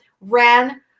ran